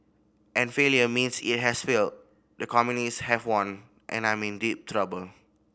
and failure means it has failed the communist have won and I'm in deep trouble